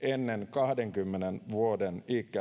kahdenkymmenen vuoden